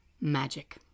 Magic